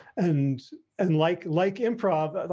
and unlike like improv,